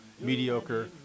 mediocre